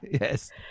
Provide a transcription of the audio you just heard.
yes